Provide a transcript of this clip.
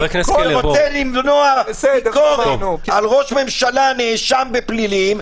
חוק שרוצה למנוע ביקורת על ראש ממשלה שנאשם בפלילים,